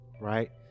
right